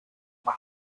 más